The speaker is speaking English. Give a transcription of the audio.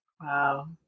Wow